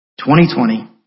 2020